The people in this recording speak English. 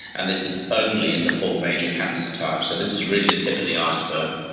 and this is only in the four major cancer types, so this is really the tip of the iceberg.